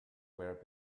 wear